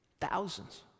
thousands